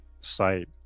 site